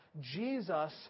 Jesus